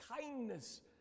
kindness